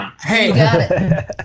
Hey